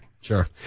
sure